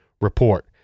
report